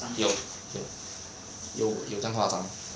有有有有这样夸张